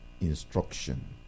instruction